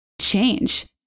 change